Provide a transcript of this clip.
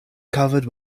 covered